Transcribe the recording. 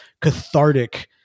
cathartic